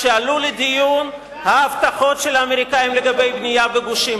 כאשר עלו לדיון ההבטחות של האמריקנים לגבי בנייה בגושים?